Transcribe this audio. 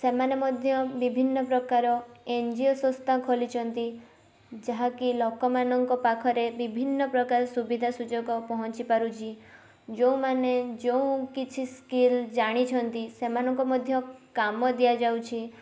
ସେମାନେ ମଧ୍ୟ ବିଭିନ୍ନ ପ୍ରକାର ଏନ ଜି ଓ ସଂସ୍ଥା ଖୋଲିଛନ୍ତି ଯାହାକି ଲୋକମାନଙ୍କ ପାଖରେ ବିଭନ୍ନ ପ୍ରକାର ସୁବିଧା ସୁଯୋଗ ପହଞ୍ଚି ପାରୁଛି ଯେଉଁମାନେ ଯେଉଁ କିଛି ସ୍କିଲ ଜାଣିଛନ୍ତି ସେମାନଙ୍କ ମଧ୍ୟ କାମ ଦିଆଯାଉଛି